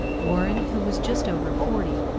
warren, who was just over forty,